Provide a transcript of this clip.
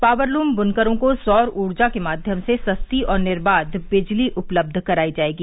powerloom ब्नकरों को सौर ऊर्जा के माध्यम से सस्ती और निर्वाध बिजली उपलब्ध कराई जायेगी